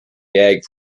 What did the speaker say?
gag